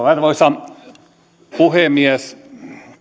arvoisa puhemies